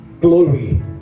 glory